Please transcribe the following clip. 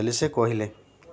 ବୋଲି ସେ କହିଲେ